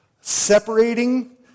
separating